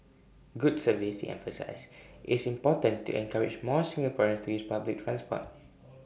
good service he emphasised is important to encourage more Singaporeans to use public transport